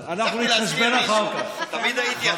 סוף-סוף הצלחתי להסתיר מישהו, תמיד הייתי הכי קטן.